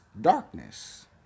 darkness